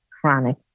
chronic